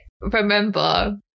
remember